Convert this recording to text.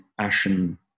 ashen